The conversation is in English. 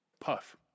Puff